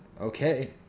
okay